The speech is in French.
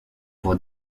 pour